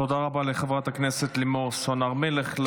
תודה רבה לחברת הכנסת לימור סון הר מלך.